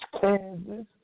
Kansas